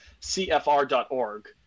CFR.org